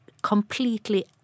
completely